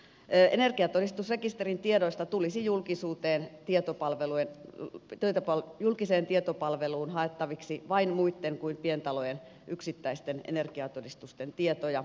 energiatodistusrekisterin tiedoista tulisi julkisuuteen tietopalvelu ei pitänyt palo julkiseen tietopalveluun haettaviksi vain muitten kuin pientalojen yksittäisten energiatodistusten tietoja